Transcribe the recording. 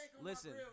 Listen